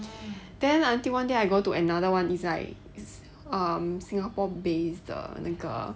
then until one day I go to another [one] is like is um singapore based the 那个